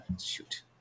Shoot